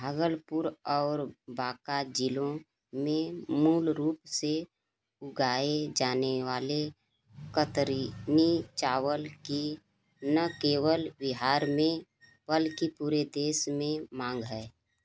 भागलपुर और बाँका ज़िलों में मूल रूप से उगाए जाने वाले कतरनी चावल की न केवल बिहार में बल्कि पूरे देश में मांग है